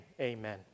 Amen